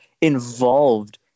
involved